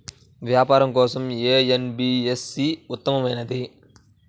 వ్యాపారం కోసం ఏ ఎన్.బీ.ఎఫ్.సి ఉత్తమమైనది?